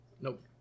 Nope